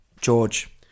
George